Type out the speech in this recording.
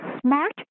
smart